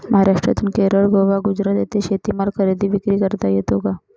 महाराष्ट्रातून केरळ, गोवा, गुजरात येथे शेतीमाल खरेदी विक्री करता येतो का?